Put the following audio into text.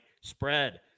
Spread